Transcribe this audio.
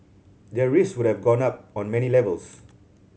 their risks would have gone up on many levels